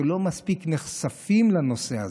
שלא מספיק נחשפים לנושא הזה.